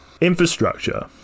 infrastructure